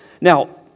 Now